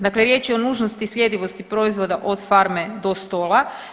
Dakle, riječ je o nužnosti i sljedivosti proizvoda od farme do stola.